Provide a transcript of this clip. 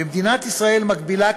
במדינת ישראל מקבילה,